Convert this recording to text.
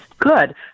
Good